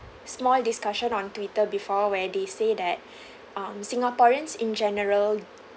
small discussion on twitter before where they say that um singaporeans in general